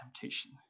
temptation